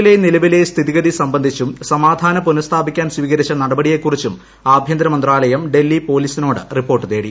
വിലെ നിലവിലെ സ്ഥിതിഗതി സംബന്ധിച്ചും സമാധാനം പുനസ്ഥാപിക്കാൻ സ്വീകരിച്ച നടപടിയെക്കുറിച്ചും ആഭ്യന്തര മന്ത്രാലയം ഡൽഹി പൊലീസിനോട് റിപ്പോർട്ട് തേടി